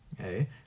okay